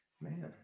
man